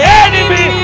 enemy